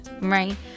Right